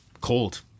cold